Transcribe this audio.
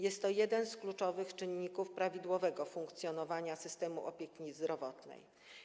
Jest to jeden z kluczowych czynników prawidłowego funkcjonowania systemu opieki zdrowotnej.